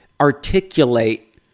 articulate